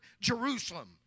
Jerusalem